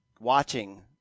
watching